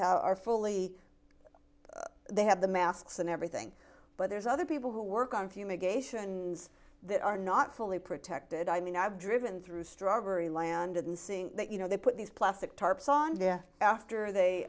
how are fully they have the masks and everything but there's other people who work on fumigation that are not fully protected i mean i've driven through strawberry land and seeing that you know they put these plastic tarps on there after they